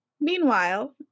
Meanwhile